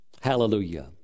Hallelujah